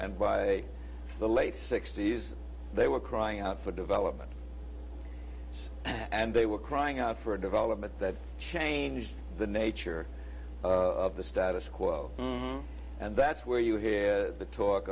and by the late sixty's they were crying out for development and they were crying out for a development that changed the nature of the status quo and that's where you hear the talk